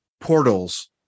portals